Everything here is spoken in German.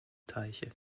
teiche